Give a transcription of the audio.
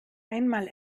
einmal